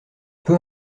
peu